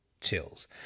Chills